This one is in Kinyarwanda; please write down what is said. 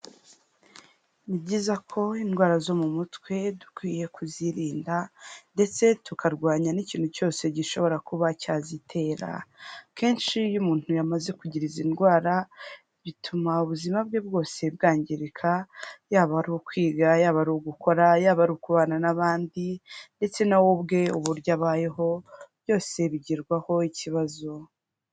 Ni byiza ko indwara zo mu mutwe dukwiye kuzirinda ndetse tukarwanya n'ikintu cyose gishobora kuba cyazitera. Kenshi iyo umuntu yamaze kugira izi ndwara, bituma ubuzima bwe bwose bwangirika, yaba ari ukwiga, yaba ari ugukora, yaba ari ukubana n'abandi ndetse na we ubwe uburyo abayeho byose bigirwaho ikibazo.